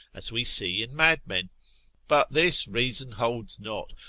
as we see in madmen but this reason holds not,